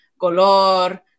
Color